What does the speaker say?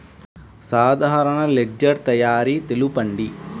సాధారణ లెడ్జెర్ తయారి తెలుపండి?